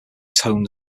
tone